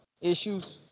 issues